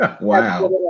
Wow